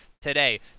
Today